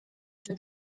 czy